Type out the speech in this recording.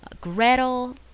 Gretel